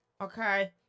Okay